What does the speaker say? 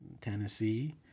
tennessee